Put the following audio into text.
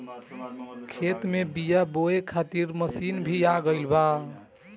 खेत में बीआ बोए खातिर मशीन भी आ गईल बा